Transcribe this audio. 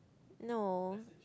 no